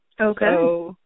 Okay